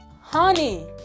honey